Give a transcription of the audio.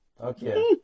Okay